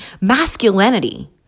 masculinity